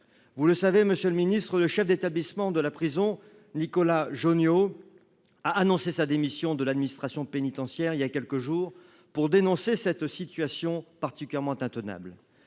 Vous le savez, monsieur le ministre, le chef d’établissement de la prison, Nicolas Jauniaux, a annoncé sa démission de l’administration pénitentiaire il y a quelques jours pour dénoncer cette situation particulièrement intenable.